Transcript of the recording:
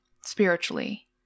spiritually